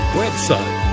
website